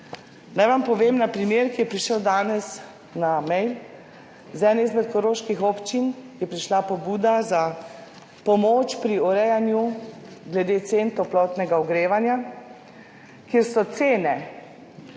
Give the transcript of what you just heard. Naj vam povem en primer, ki je prišel danes. Z meje, z ene izmed koroških občin je prišla pobuda za pomoč pri urejanju glede cen toplotnega ogrevanja, kjer so cene